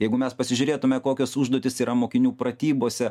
jeigu mes pasižiūrėtume kokios užduotys yra mokinių pratybose